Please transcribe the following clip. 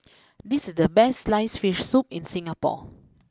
this is the best sliced Fish Soup in Singapore